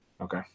Okay